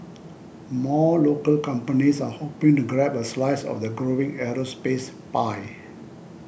more local companies are hoping to grab a slice of the growing aerospace pie